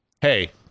Hey